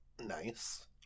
Nice